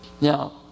Now